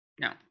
no